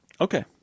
Okay